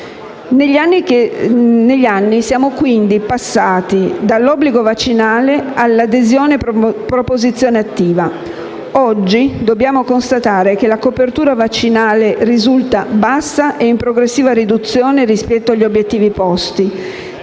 Negli anni siamo quindi passati dall'obbligo vaccinale all'adesione e proposizione attiva. Oggi dobbiamo constatare che la copertura vaccinale risulta bassa e in progressiva riduzione rispetto agli obiettivi posti,